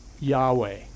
Yahweh